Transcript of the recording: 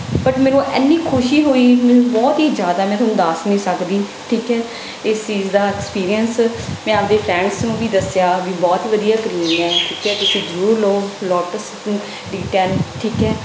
but ਮੈਨੂੰ ਇੰਨੀ ਖੁਸ਼ੀ ਹੋਈ ਮੈਨੂੰ ਬਹੁਤ ਹੀ ਜ਼ਿਆਦਾ ਮੈਂ ਤੁਹਾਨੂੰ ਦੱਸ ਨਹੀਂ ਸਕਦੀ ਠੀਕ ਹੈ ਇਸ ਚੀਜ਼ ਦਾ ਐਕਸਪੀਰੀਅਸ ਮੈਂ ਆਪਦੇ ਫਰੈਂਡਜ ਨੂੰ ਵੀ ਦੱਸਿਆ ਵੀ ਬਹੁਤ ਵਧੀਆ ਕ੍ਰੀਮ ਹੈ ਠੀਕ ਹੈ ਤੁਸੀਂ ਜ਼ਰੂਰ ਲਓ ਲੋਟਸ ਡੀ ਟੈਨ ਠੀਕ ਹੈ